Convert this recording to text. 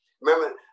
Remember